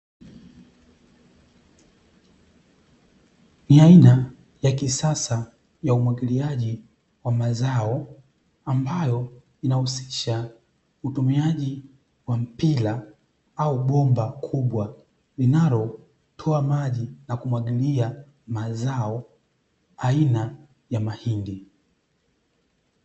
Ni aina ya kisasa ya umwagiliaji wa mazao, ambayo inahusisha utumiaji wa mpira au bomba kubwa, linalotoa maji na kumwagilia mazao aina ya mahindi.